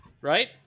Right